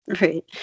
Right